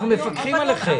אנחנו מפקחים עליכם.